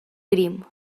crim